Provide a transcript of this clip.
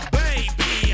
baby